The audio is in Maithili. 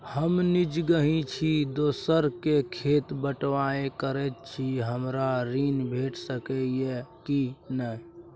हम निजगही छी, दोसर के खेत बटईया करैत छी, हमरा ऋण भेट सकै ये कि नय?